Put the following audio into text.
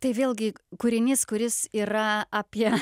tai vėlgi kūrinys kuris yra apie